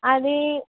అది